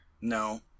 No